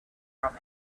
from